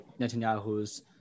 Netanyahu's